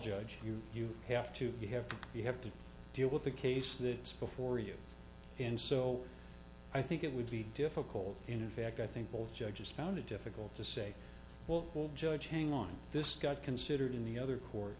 judge you have to have you have to deal with the case that is before you and so i think it would be difficult in fact i think both judges found it difficult to say well judge hang on this got considered in the other court